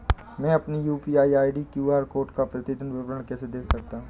मैं अपनी UPI QR code का प्रतीदीन विवरण कैसे देख सकता हूँ?